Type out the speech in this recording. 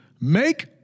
Make